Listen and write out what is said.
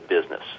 business